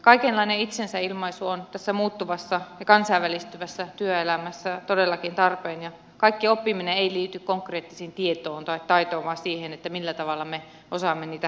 kaikenlainen itsensä ilmaisu on tässä muuttuvassa ja kansainvälistyvässä työelämässä todellakin tarpeen ja kaikki oppiminen ei liity konkreettiseen tietoon tai taitoon vaan siihen millä tavalla me osaamme niitä käyttää